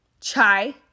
chai